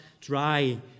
dry